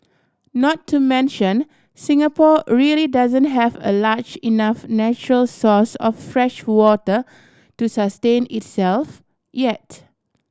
not to mention Singapore really doesn't have a large enough natural source of freshwater to sustain itself yet